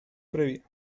previa